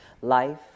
Life